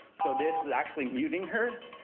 so this is actually muting her.